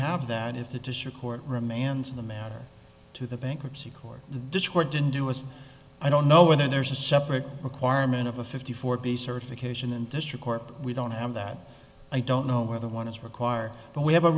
have that if the district court remands the matter to the bankruptcy court the dischord didn't do was i don't know whether there's a separate requirement of a fifty four b certification and district court but we don't have that i don't know whether one is required but we have a